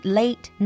late